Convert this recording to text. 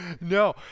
No